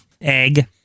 egg